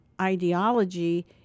ideology